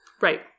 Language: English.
Right